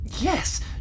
Yes